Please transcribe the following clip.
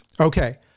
okay